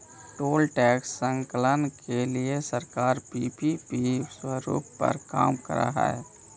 toll tax संकलन के लिए सरकार पीपीपी प्रारूप पर काम करऽ हई